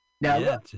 Now